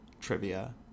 trivia